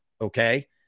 okay